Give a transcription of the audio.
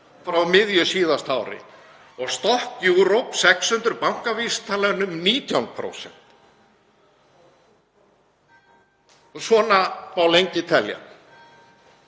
frá miðju síðasta ári og Stoxx Europe 600 bankavísitalan um 19%, og svona má lengi telja.